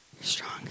strong